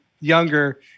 younger